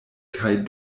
kaj